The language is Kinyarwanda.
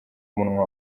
umunwa